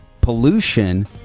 pollution